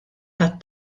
tat